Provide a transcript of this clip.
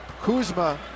kuzma